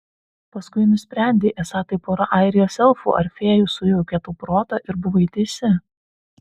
paskui nusprendei esą tai pora airijos elfų ar fėjų sujaukė tau protą ir buvai teisi